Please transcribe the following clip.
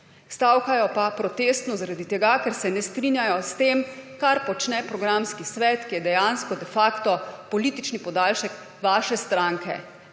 Stavkajo pa protestno zaradi tega, ker se ne strinjajo s tem, kar počne programski svet, ki je dejansko de facto politični podaljšek vaše stranke.